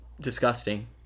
disgusting